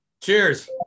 Cheers